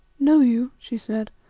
know you, she said,